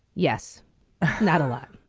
yes not a lot